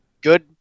good